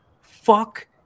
Fuck